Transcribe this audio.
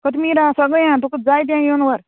कोथमीर आहा सगळें आं तुका जाय तें येवन व्हर